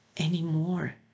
anymore